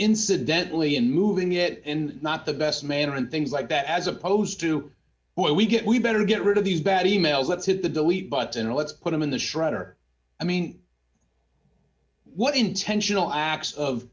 incidentally and moving it and not the best manner and things like that as opposed to what we get we better get rid of the bat e mails let's hit the delete button or let's put them in the shredder i mean what intentional acts of